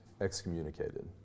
excommunicated